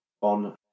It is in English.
on